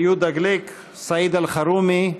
יהודה גליק, סעיד אלחרומי,